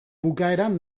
bukaeran